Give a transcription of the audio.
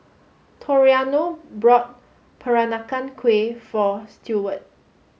Toriano bought Peranakan Kueh for Stewart